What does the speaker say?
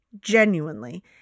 genuinely